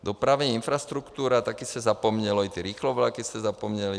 Dopravní infrastruktura, taky se zapomnělo, i ty rychlovlaky, taky se zapomněly.